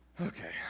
Okay